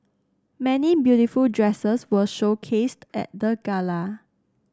many beautiful dresses were showcased at the gala